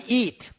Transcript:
eat